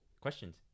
Questions